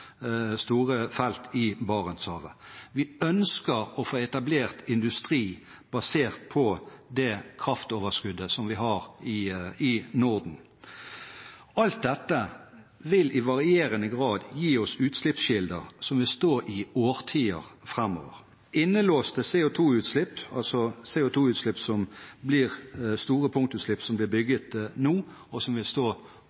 felt i Barentshavet. Vi ønsker å få etablert industri basert på det kraftoverskuddet som vi har i Norden. Alt dette vil i varierende grad gi oss utslippskilder som vil stå i årtier framover. Innelåste CO2-utslipp, altså CO2-utslipp som blir store punktutslipp, som blir bygget nå, og som vil stå